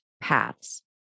paths